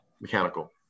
mechanical